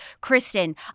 Kristen